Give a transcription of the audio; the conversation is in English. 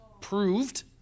proved